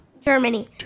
Germany